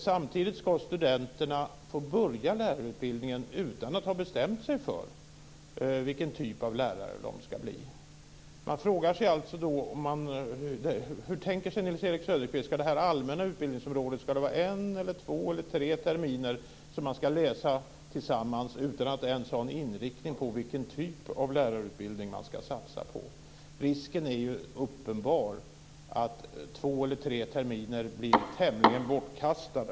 Samtidigt ska studenterna få börja lärarutbildningen utan att ha bestämt sig för vilken typ av lärare de ska bli. Hur tänker sig Nils Erik Söderqvist att det allmänna utbildningsområdet ska vara? Ska man läsa en, två eller tre terminer tillsammans utan att ha bestämt sig för vilken inriktning på lärarutbildningen man ska satsa på? Risken är alldeles uppenbar att två eller tre terminer blir tämligen bortkastade.